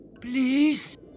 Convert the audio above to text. Please